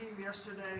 yesterday